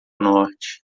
norte